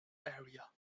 area